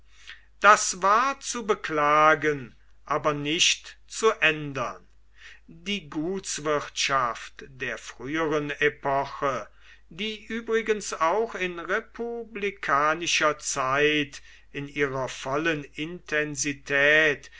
das war zu beklagen aber nicht zu ändern die gutswirtschaft der früheren epoche die übrigens auch in republikanischer zeit in ihrer vollen intensität